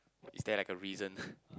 is there like a reason